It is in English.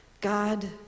God